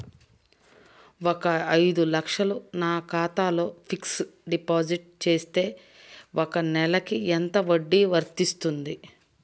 ఒక ఐదు లక్షలు నా ఖాతాలో ఫ్లెక్సీ డిపాజిట్ చేస్తే ఒక నెలకి ఎంత వడ్డీ వర్తిస్తుంది?